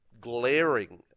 glaring